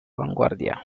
vanguardia